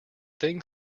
thing